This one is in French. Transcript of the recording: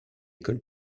école